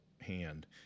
hand